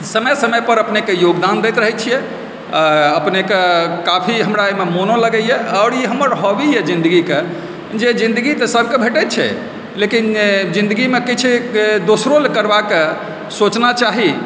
समय समय पर अपनेकेँ योगदान दैत रहै छियै अपनेकेँ काफी हमरा एहिमे मनो लगैया आओर ई हमर हॉबी यऽ जिन्दगीके जे जिन्दगी तऽ सबकेँ भेटै छै लेकिन जिन्दगीमे किछु दोसरो लेल करबाके सोचना चाही